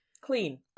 Clean